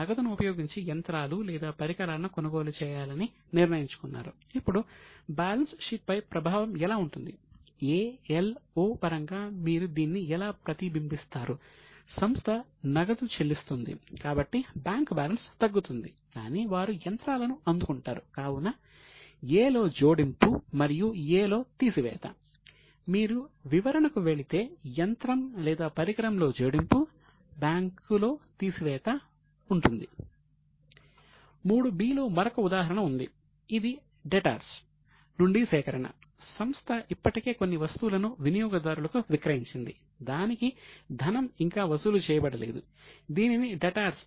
3 b లో మరొక ఉదాహరణ ఉంది ఇది డెటార్స్